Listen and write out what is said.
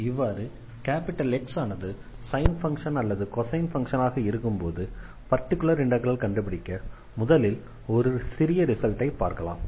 இவ்வாறு X ஆனது sine function அல்லது கொசைன் ஃபங்ஷன் ஆக இருக்கும்போது பர்டிகுலர் இண்டெக்ரலை கண்டுபிடிக்க முதலில் ஒரு சிறிய ரிசல்டை பார்க்கலாம்